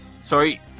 Sorry